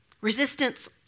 Resistance